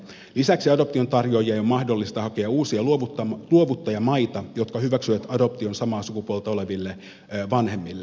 lisäksi adoptiontarjoajien on mahdollista hakea uusia luovuttajamaita jotka hyväksyvät adoption samaa sukupuolta oleville vanhemmille